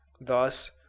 Thus